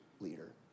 leader